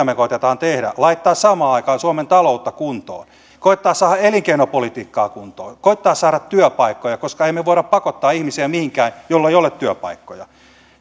me koetamme tehdä laittaa samaan aikaan suomen taloutta kuntoon koettaa saada elinkeinopolitiikkaa kuntoon koettaa saada työpaikkoja koska emme me voi pakottaa mihinkään ihmisiä joilla ei ole työpaikkoja